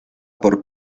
por